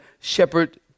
shepherd